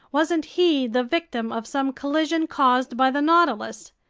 wasn't he the victim of some collision caused by the nautilus?